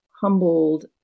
humbled